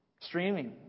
streaming